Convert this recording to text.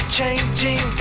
changing